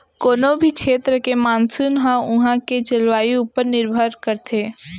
कोनों भी छेत्र के मानसून ह उहॉं के जलवायु ऊपर निरभर करथे